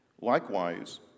Likewise